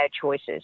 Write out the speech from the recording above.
choices